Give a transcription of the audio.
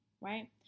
right